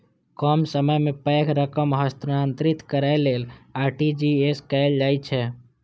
कम समय मे पैघ रकम हस्तांतरित करै लेल आर.टी.जी.एस कैल जाइ छै